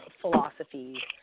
philosophy